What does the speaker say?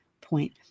point